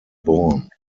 born